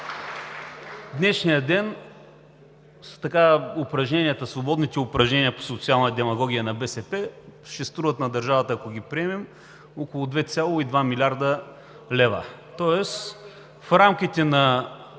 днешния ден свободните упражнения по социална демагогия на БСП ще струват на държавата, ако ги приемем, около 2,2 млрд. лв. Тоест в рамките на